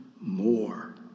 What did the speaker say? more